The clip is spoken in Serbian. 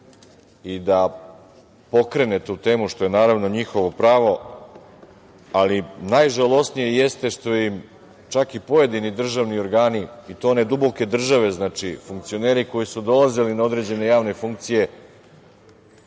i da pokrene tu temu, što je naravno njihovo pravo. Najžalosnije jeste što im čak i pojedini državni organi i to one duboke države, znači, funkcioneri koji su dolazili na određene javne funkcije,